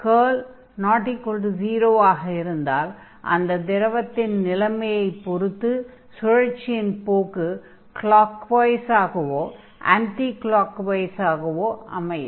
curl 0 ஆக இருந்தால் அந்த திரவத்தின் நிலைமையைப் பொறுத்து சுழற்சியின் போக்கு க்ளாக்வைஸ் ஆகவோ ஆன்டி க்ளாக்வைஸ் ஆகவோ clockwise anti clockwise அமையும்